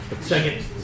Second